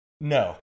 No